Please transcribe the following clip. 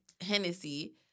Hennessy